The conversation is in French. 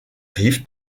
rift